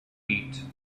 eat